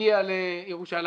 הגיע לירושלים.